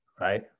right